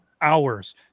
hours